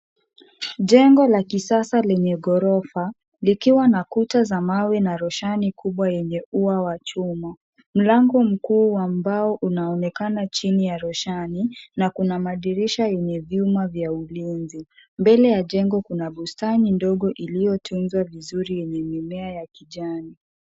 Jengo la kisasa lenye ghorofa likiwa na kuta za mawe na rushani kubwa yenye ua wa chuma mlango mkuu wa mbao unaonekana chini ya rushani na kuna madirisha yenye vyuma vya ulinzi mbele ya jengo kuna bustani ndogo iliyotunzwa vizuri yenye mimea ya kijani.